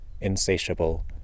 insatiable